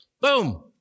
Boom